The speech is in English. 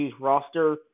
roster